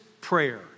prayer